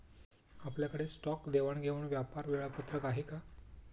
आपल्याकडे स्टॉक देवाणघेवाण व्यापार वेळापत्रक आहे का?